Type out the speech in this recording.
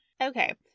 Okay